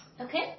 Okay